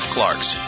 Clark's